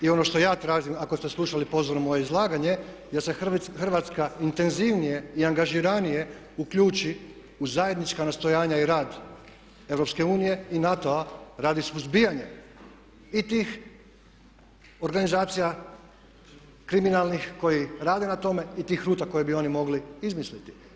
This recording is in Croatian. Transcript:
I ono što ja tražim ako ste slušali pozorno moje izlaganje da se Hrvatska intenzivnije i angažiranije uključi u zajednička nastojanja i rad EU i NATO-a radi suzbijanja i tih organizacija kriminalnih koji rade na tome i tih ruta koje bi oni mogli izmisliti.